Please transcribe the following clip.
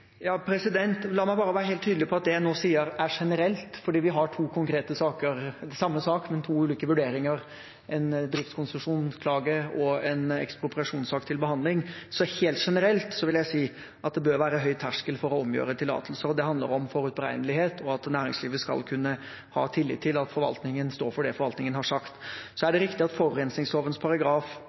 La meg bare være helt tydelig på at det jeg nå sier, er generelt, for vi har to konkrete saker – samme sak, men to ulike vurderinger, en driftskonsesjonsklage og en ekspropriasjonssak – til behandling. Helt generelt vil jeg si at det bør være høy terskel for å omgjøre tillatelser. Det handler om forutberegnelighet og at næringslivet skal kunne ha tillit til at forvaltningen står for det forvaltningen har sagt. Så er det riktig at